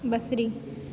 बसरी